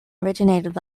originated